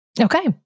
Okay